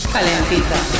Calentita